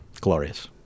Glorious